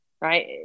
right